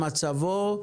מצבו,